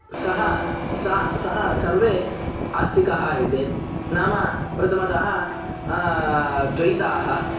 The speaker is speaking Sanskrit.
सः सः सः सर्वे आस्तिकः इति नाम प्रथमतः द्वैताः